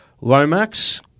Lomax